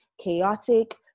chaotic